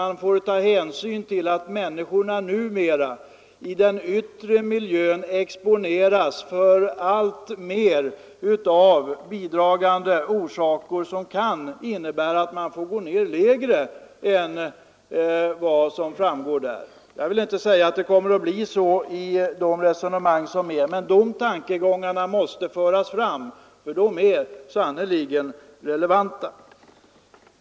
Man måste ta hänsyn till att människorna numera i den yttre miljön exponeras för alltmer som utgör bidragande orsaker och som kan innebära att man måste sätta värdena lägre än vad som framgått. Jag vill inte säga att det blir så, men de tankegångarna måste föras fram för de är sannerligen relevanta.